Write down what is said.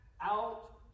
Out